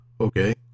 Okay